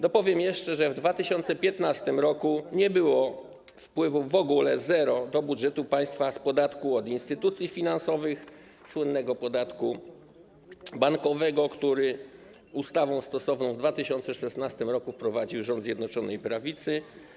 Dopowiem jeszcze, że w 2015 r. nie było wpływów w ogóle do budżetu państwa - zero - z podatku od instytucji finansowych, słynnego podatku bankowego, który stosowną ustawą w 2016 r. wprowadził rząd Zjednoczonej Prawicy.